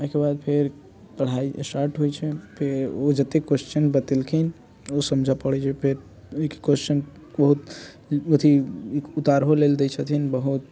ओइके बाद फेर पढ़ाइ स्टार्ट होइ छै फेर ओ जते क्वेस्चन बतेलखिन ओ समझऽ पड़ै छै फेर ओइ क्वेस्चन बहुत अथी उतारहो लेल दै छथिन